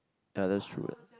ya that's true what